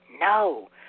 No